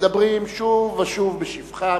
מדברים שוב ושוב בשבחם,